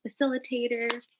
facilitator